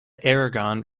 aragon